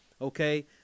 okay